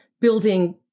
building